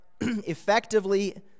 effectively